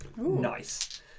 Nice